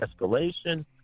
escalation